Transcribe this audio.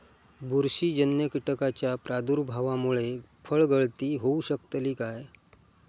बुरशीजन्य कीटकाच्या प्रादुर्भावामूळे फळगळती होऊ शकतली काय?